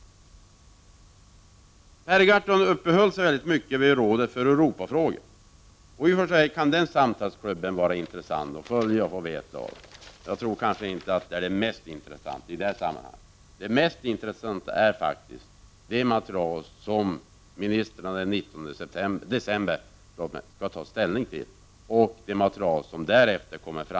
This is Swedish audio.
Per Gahrton uppehöll sig väldigt mycket vid Rådet för Europafrågor. I och för sig kan det vara intressant att få följa den samtalsklubbens arbete. Men jag tror kanske inte att den är det mest intressanta i det här sammanhanget. Det mest intressanta är faktiskt det material som ministrarna den 19 december skall ta ställning till och det material som därefter kommer fram.